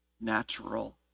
natural